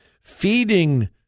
feeding